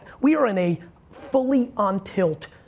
we are in a fully on-tilt,